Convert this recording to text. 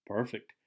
Perfect